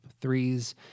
Threes